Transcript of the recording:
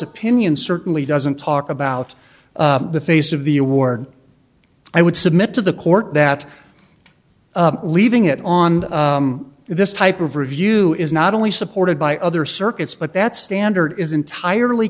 opinion certainly doesn't talk about the face of the award i would submit to the court that leaving it on this type of review is not only supported by other circuits but that standard is entirely